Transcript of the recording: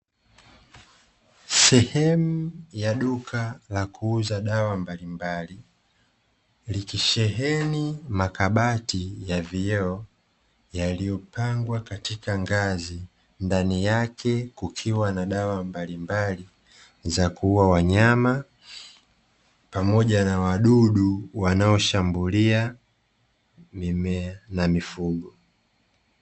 Sehemu ya duka la kuuza dawa mbalimbali, likisheheni makabati ya vioo yaliyopangwa katika ngazi, ndani yake kukiwa na dawa mbalimbali za kuua wanyama pamoja na wadudu wanaoshambulia mimea na mifugo.